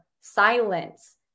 silence